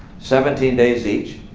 seventeen days each.